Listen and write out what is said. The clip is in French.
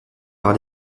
par